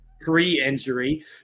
pre-injury